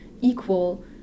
equal